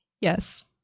Yes